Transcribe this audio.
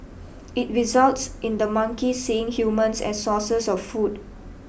it results in the monkeys seeing humans as sources of food